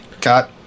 got